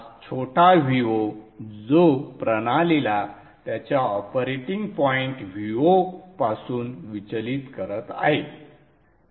हा छोटा Vo जो प्रणालीला त्याच्या ऑपरेटिंग पॉइंट Vo पासून विचलित करत आहे